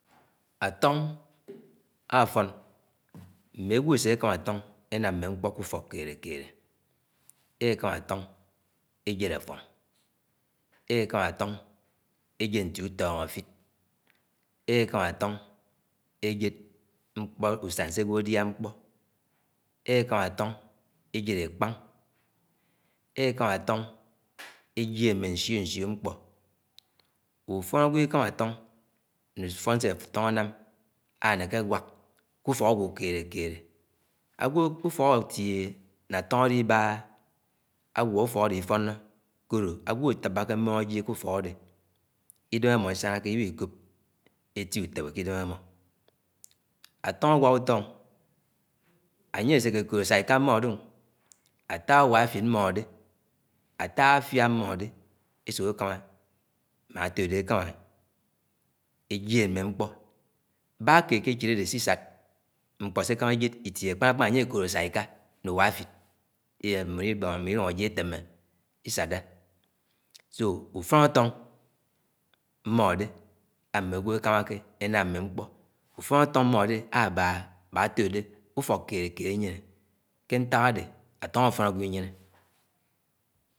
Átóng èfón, mm̃e àgwò esèkèmà átoñg enám mmẽ mkpó ké úfọk kélé-kélé. Ehámé àtóng ejed afoñg, ékámá atoñgèjed ntié utọñgó afid èkámá àtóng ejéd ùsén sè agwo adíá mkpõ, ekámá atong èjèd ekpãng, ekámá etoñg ejìéd mm̃e nsío-nsío mkpõ. ùfoñ agwo ìkámá afoñg né ùfón sé ètoñg ànám anéké ànwák ké ufọk egwo kélé-kélé. Agwo ke ufok afié na, atong álíbãhã àguõ ùfọk adé ifónnõ, kóló agwõ àfabáké m̃moñg ajie ke ùfọk adé, ìdém amo isánáke, ìwí-íkòp etiè ùtéueé ke idem̃ amó. Àtóng ánwák ùtó añyé eséné ekoõd ésáiká mmódé, àtá uwáafíd mmódé, àtá àfiá mmódě esúk ekámá màn efódẽ ekámá ejud mmé mkpó bá keéd ké echìdvadé só sád mkpó sé ekàmá ejũd itie kpàná-kpàna ànyé ekóló sai-iká né ùwá-àfíd m̃bón ùũng afid èfémé isádá. so ufòn afóng mmódé ámmégwó ekámàké enáam mm̃e mkpó, ùfòn afóng mmòdé àbáa mán etódé ufòk kélé-kélé ényéné. Ké ntàk adé atoñg àfón ágwo inyéné.